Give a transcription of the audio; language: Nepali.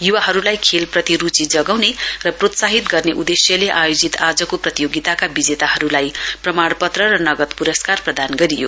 युवाहरूलाई खेलप्रति रूची जगाउने र प्रोत्साहित गर्ने उद्देश्यले आयोजित आजको प्रतियोगिताका विजेताहरूलाई प्रमाणपत्र र नगद पुरस्कार प्रदान गरियो